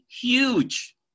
huge